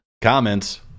comments